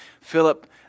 Philip